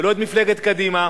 ולא את מפלגת קדימה,